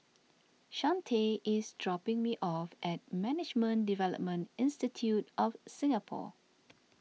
Chante is dropping me off at Management Development Institute of Singapore